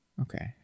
Okay